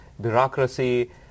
bureaucracy